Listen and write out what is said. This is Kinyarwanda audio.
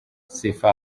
sifa